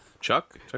Chuck